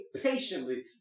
patiently